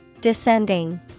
Descending